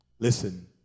Listen